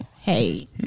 hey